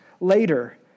later